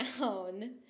down